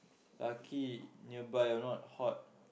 lucky near by if not hot